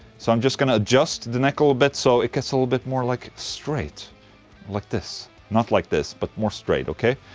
so i'm just gonna adjust the neck a little bit so it gets a little bit more like straight like this not like this, but more straight, ok?